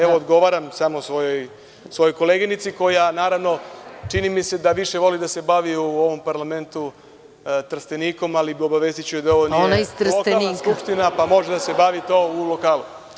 Evo, odgovaram samo svojoj koleginici, koja naravno, čini mi se, više voli da se bavi u ovom parlamentu Trstenikom, ali obavestiću je da ovo nije lokalna skupština, pa može da se bavi time u lokalu.